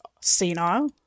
senile